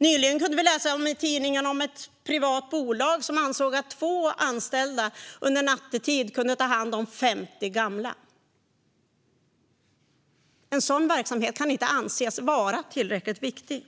Nyligen kunde vi i tidningarna läsa om ett privat bolag som ansåg att två anställda nattetid kunde ta hand om 50 gamla. En sådan verksamhet anses inte vara tillräckligt viktig.